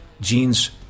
Gene's